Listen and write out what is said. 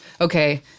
Okay